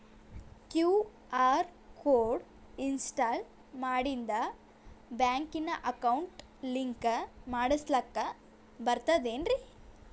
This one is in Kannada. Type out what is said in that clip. ಕ್ಯೂ.ಆರ್ ಕೋಡ್ ಇನ್ಸ್ಟಾಲ ಮಾಡಿಂದ ಬ್ಯಾಂಕಿನ ಅಕೌಂಟ್ ಲಿಂಕ ಮಾಡಸ್ಲಾಕ ಬರ್ತದೇನ್ರಿ